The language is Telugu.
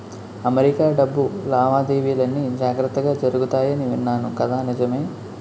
అమెరికా డబ్బు లావాదేవీలన్నీ జాగ్రత్తగా జరుగుతాయని విన్నాను కదా నిజమే